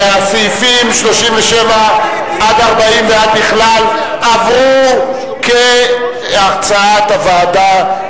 הסעיפים 37 40 ועד בכלל עברו כהצעת הוועדה,